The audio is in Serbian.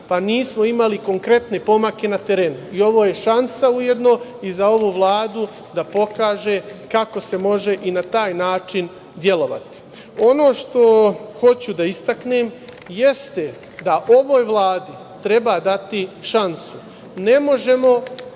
pa nismo imali konkretne pomake na terenu i ovo je šansa ujedno i za ovu Vladu da pokaže kako se može i na taj način delovati. Ono što hoću da istaknem jeste da ovoj Vladi treba dati šansu. Ne možemo